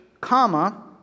comma